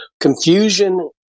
Confusion